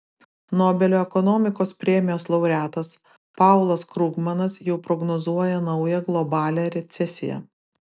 nobelio ekonomikos premijos laureatas paulas krugmanas jau prognozuoja naują globalią recesiją